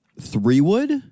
three-wood